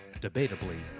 debatably